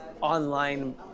online